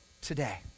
today